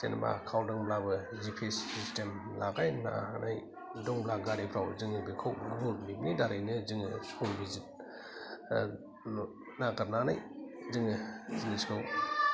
जेनोबा खावदोंब्लाबो G P S system लागायनानै दंब्ला गारिफ्राव जोङो बेखौ गुगोल मेप नि दारैनो जोङो संबिजित नागिरनानै जोङो जिनिसखौ